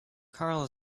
karl